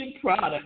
product